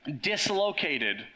dislocated